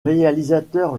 réalisateur